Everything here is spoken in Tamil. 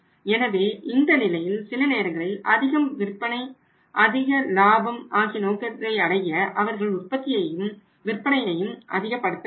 எனவே இந்தநிலையில் சில நேரங்களில் அதிக விற்பனை மற்றும் அதிக லாபம் ஆகிய நோக்கத்தை அடைய அவர்கள் உற்பத்தியையும் விற்பனையையும் அதிகப்படுத்த வேண்டும்